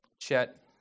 Chet